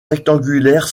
rectangulaire